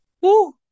Woo